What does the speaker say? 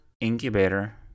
incubator